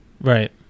Right